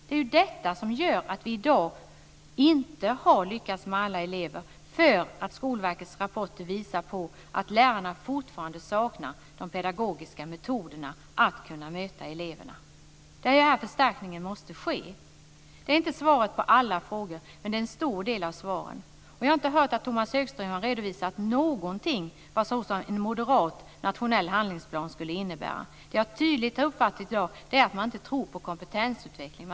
Det är ju detta som gör att vi i dag inte har lyckats med alla elever, därför att Skolverkets rapporter visar att lärarna fortfarande saknar de pedagogiska metoderna att kunna möta eleverna. Det är här som förstärkningen måste ske. Det är inte svaret på alla frågor, men det är en stor del av svaren. Och jag har inte hört att Tomas Högström har redovisat någonting av vad en moderat nationell handlingsplan skulle innebära. Det som jag tydligt har uppfattat i dag är att man inte tror på kompetensutveckling.